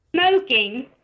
smoking